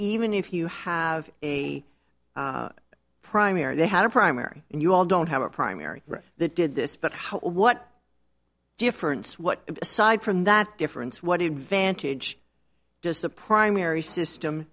even if you have a primary they had a primary and you all don't have a primary that did this but how or what difference what aside from that difference what a vantage just the primary system